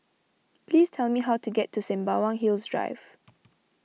please tell me how to get to Sembawang Hills Drive